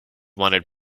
wanted